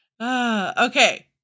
Okay